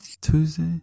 Tuesday